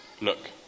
Look